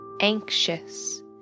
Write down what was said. anxious